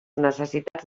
necessitats